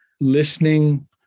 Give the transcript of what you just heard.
listening